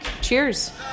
Cheers